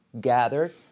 gathered